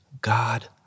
God